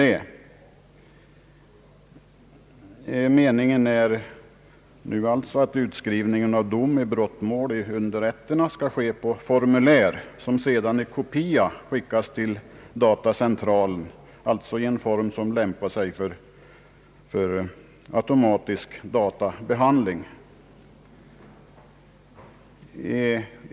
Det är alltså nu meningen att utskrivningen av dom i brottmål i underrätterna skall ske på formulär som sedan i kopia skall skickas till datacentralen, alltså i en form som lämpar sig för automatisk databehandling.